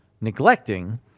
neglecting